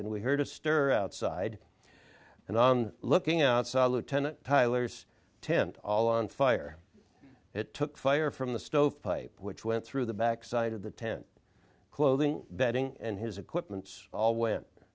and we heard a stir outside and on looking outside lieutenant tyler's tent all on fire it took fire from the stove pipe which went through the back side of the tent clothing bedding and his equipment all we